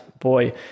Boy